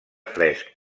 fresc